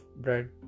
bread